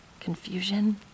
Confusion